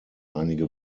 einige